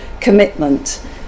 commitment